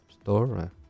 store